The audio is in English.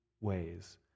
ways